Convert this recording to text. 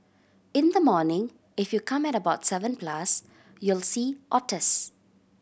in the morning if you come at about seven plus you'll see otters